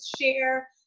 Share